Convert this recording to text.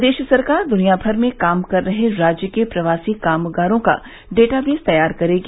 प्रदेश सरकार द्निया भर में काम कर रहे राज्य के प्रवासी कामगारों का डेटाबेस तैयार करेगी